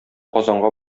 казанга